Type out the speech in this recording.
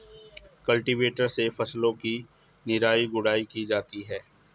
cultivator से फसलों की निराई गुड़ाई की जाती है